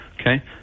Okay